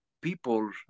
people